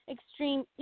Extreme